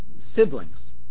siblings